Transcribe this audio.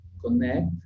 connect